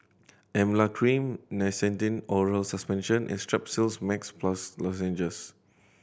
Emla Cream Nystatin Oral Suspension and Strepsils Max Plus Lozenges